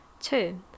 two